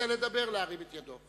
ורוצה לדבר, להרים את ידו.